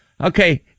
Okay